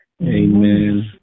Amen